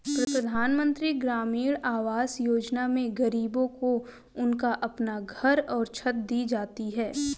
प्रधानमंत्री ग्रामीण आवास योजना में गरीबों को उनका अपना घर और छत दी जाती है